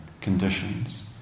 conditions